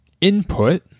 input